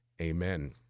amen